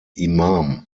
imam